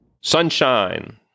Sunshine